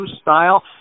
style